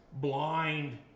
blind